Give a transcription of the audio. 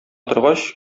торгач